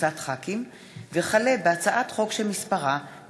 עבדאללה אבו מערוף,